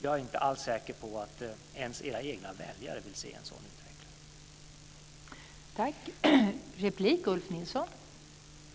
Jag är inte alls säker på att ens era egna väljare vill se en sådan utveckling.